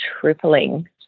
tripling